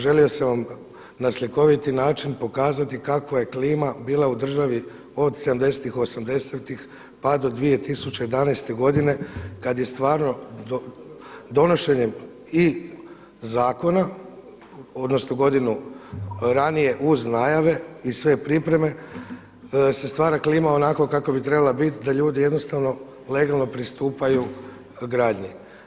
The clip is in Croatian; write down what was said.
Želio sam vam na slikoviti način pokazati kakva je klima bila u državi od 70-tih, 80-tih pa do 2011. godine kada je stvarno donošenjem i zakona odnosno godinu ranije uz najave i sve pripreme se stvara klima onakva kakva bi trebala biti da ljudi jednostavno legalno pristupaju gradnji.